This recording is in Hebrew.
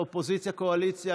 אופוזיציה-קואליציה,